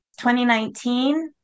2019